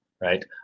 right